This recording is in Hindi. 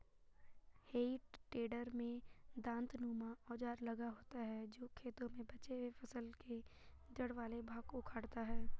हेइ टेडर में दाँतनुमा औजार लगा होता है जो खेतों में बचे हुए फसल के जड़ वाले भाग को उखाड़ता है